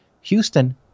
Houston